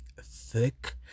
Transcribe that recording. Thick